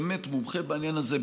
באמת מומחה בעניין הזה,